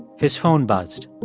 his phone buzzed.